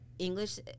English